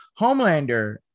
Homelander